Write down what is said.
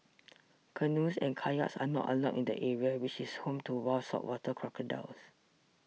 canoes and kayaks are not allowed in the area which is home to wild saltwater crocodiles